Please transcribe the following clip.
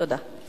תודה.